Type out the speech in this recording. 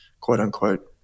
quote-unquote